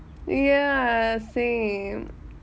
ya same